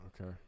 Okay